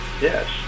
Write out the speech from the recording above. yes